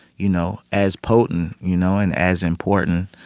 you know, as potent, you know, and as important,